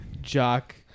jock